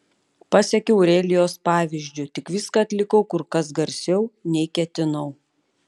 pasekiau aurelijos pavyzdžiu tik viską atlikau kur kas garsiau nei ketinau